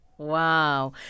Wow